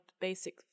basic